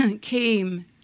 came